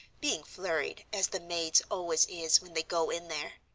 being flurried, as the maids always is when they go in there.